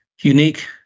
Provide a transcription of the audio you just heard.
unique